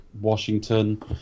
Washington